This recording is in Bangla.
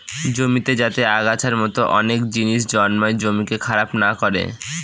জমিতে যাতে আগাছার মতো অনেক জিনিস জন্মায় জমিকে খারাপ না করে